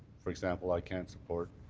for example, i can't support,